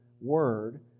word